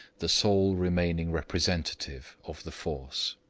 the sole remaining representative of the force.